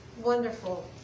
wonderful